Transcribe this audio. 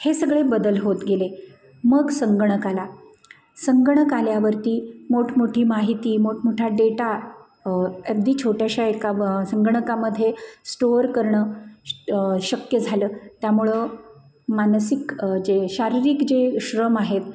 हे सगळे बदल होत गेले मग संगणक आला संगणक आल्यावरती मोठमोठी माहिती मोठमोठा डेटा एगदी छोट्याशा एका संगणकामध्ये स्टोअर करणं श शक्य झालं त्यामुळं मानसिक जे शारीरिक जे श्रम आहेत